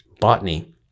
botany